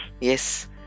Yes